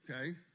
okay